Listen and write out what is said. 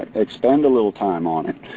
expend a little time on it.